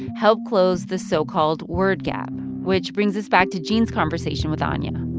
help close the so-called word gap, which brings us back to gene's conversation with anya